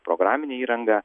programinę įrangą